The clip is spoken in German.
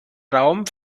raum